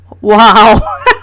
Wow